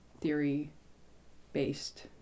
theory-based